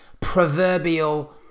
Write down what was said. proverbial